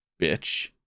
bitch